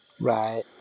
Right